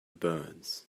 burns